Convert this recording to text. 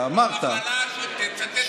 אתה אמרת, במחלה, תצטט הכול.